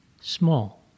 small